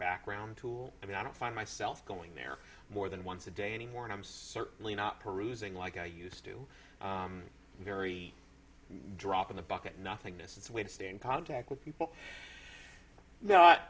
background tool i mean i don't find myself going there more than once a day anymore and i'm certainly not perusing like i used to do very drop in the bucket nothingness is a way to stay in project with people no